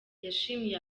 yashimye